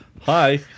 Hi